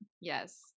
Yes